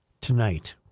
tonight